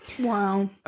Wow